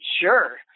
sure